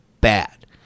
Bad